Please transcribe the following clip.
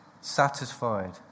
satisfied